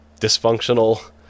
dysfunctional